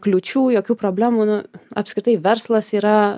kliūčių jokių problemų nu apskritai verslas yra